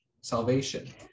salvation